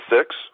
six